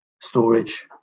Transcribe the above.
storage